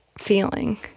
feeling